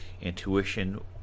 intuition